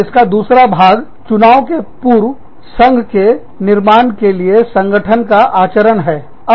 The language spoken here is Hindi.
इसका दूसरा भाग चुनाव के पूर्व संघ के निर्माण के लिए संगठन का आचरण क्रियाकलाप है